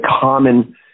common